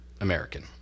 American